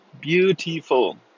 Beautiful